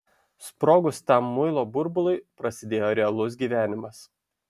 sprogus tam muilo burbului prasidėjo realus gyvenimas